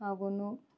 అవును